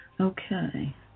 Okay